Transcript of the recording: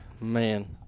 Man